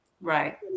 Right